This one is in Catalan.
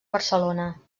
barcelona